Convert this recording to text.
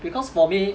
because for me